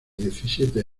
diecisiete